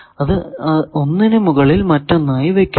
അത് ഒന്നിന് മുകളിൽ മറ്റൊന്നായി വക്കുന്നു